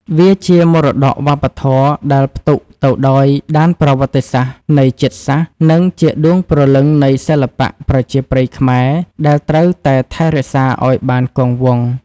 វាជាមរតកវប្បធម៌ដែលផ្ទុកទៅដោយដានប្រវត្តិសាស្ត្រនៃជាតិសាសន៍ និងជាដួងព្រលឹងនៃសិល្បៈប្រជាប្រិយខ្មែរដែលត្រូវតែថែរក្សាឱ្យបានគង់វង្ស។